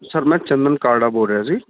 sir ਮੈਂ ਚੰਦਨ ਕਾਲੜਾ ਬੋਲ ਰਿਆ ਜੀ